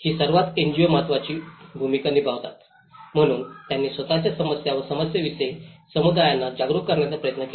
ही सर्वात एनजीओ महत्वाची भूमिका निभावतात म्हणून त्यांनी स्वतःच्या समस्या व समस्यांविषयी समुदायांना जागरूक करण्याचा प्रयत्न केला